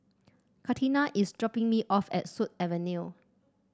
Katina is dropping me off at Sut Avenue